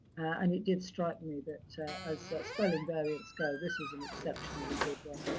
and it did strike me that as spelling variants go, this is an exceptionally good one.